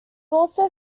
also